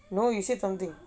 no you said something